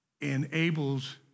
enables